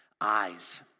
eyes